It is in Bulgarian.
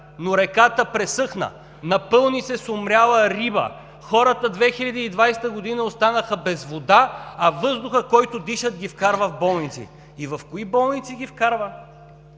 но реката пресъхна, напълни се с умряла риба, хората през 2020 г. останаха без вода, а въздухът, който дишат, ги вкарва в болници. В кои болници ги вкарва?